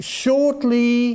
shortly